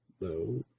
No